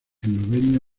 eslovenia